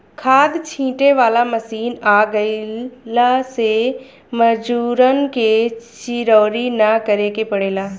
खाद छींटे वाला मशीन आ गइला से मजूरन के चिरौरी ना करे के पड़ेला